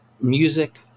music